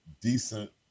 decent